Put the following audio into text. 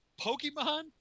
pokemon